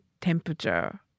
temperature